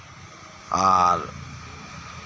ᱟᱨ